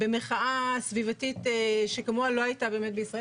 במחאה סביבתית, שכמוה לא היתה בישראל.